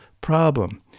problem